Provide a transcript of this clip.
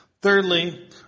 Thirdly